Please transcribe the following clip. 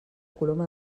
coloma